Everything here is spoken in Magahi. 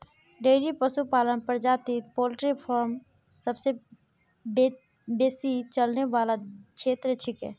डेयरी पशुपालन प्रजातित पोल्ट्री फॉर्म सबसे बेसी चलने वाला क्षेत्र छिके